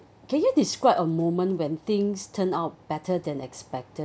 can you describe a moment when things turn out better than expected